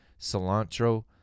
cilantro